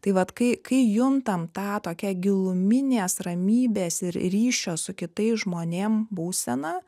tai vat kai kai juntam tą tokią giluminės ramybės ir ryšio su kitais žmonėm būseną